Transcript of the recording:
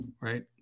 right